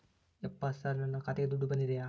ಯಪ್ಪ ಸರ್ ನನ್ನ ಖಾತೆಗೆ ದುಡ್ಡು ಬಂದಿದೆಯ?